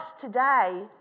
today